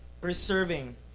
preserving